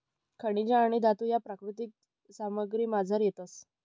खनिजे आणि धातू ह्या प्राकृतिक सामग्रीमझार येतस